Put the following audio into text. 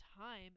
time